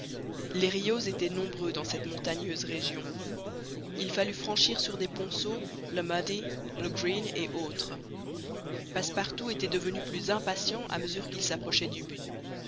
les rios étaient nombreux dans cette montagneuse région il fallut franchir sur des ponceaux le muddy le green et autres passepartout était devenu plus impatient à mesure qu'il s'approchait du but